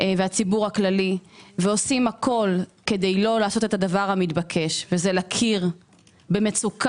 והציבור הכללי ועושים הכול כדי לא עשות את הדבר המתבקש וזה להכיר במצוקת